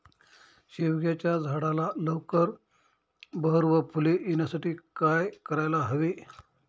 शेवग्याच्या झाडाला लवकर बहर व फूले येण्यासाठी काय करायला हवे?